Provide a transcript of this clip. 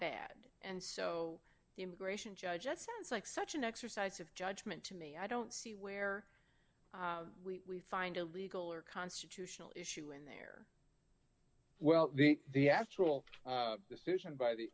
bad and so the immigration judge just sounds like such an exercise of judgment to me i don't see where we find a legal or constitutional issue in there well the actual decision by the